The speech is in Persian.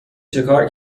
چکار